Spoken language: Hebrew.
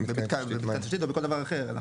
במתקן או מתקן תשתית או בכל דבר אחר.